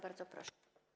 Bardzo proszę.